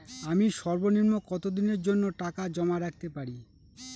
আমি সর্বনিম্ন কতদিনের জন্য টাকা জমা রাখতে পারি?